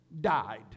died